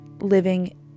living